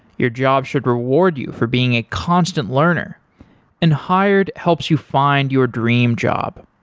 your job should reward you for being a constant learner and hired helps you find your dream job.